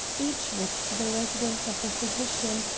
each was the residence of a physician,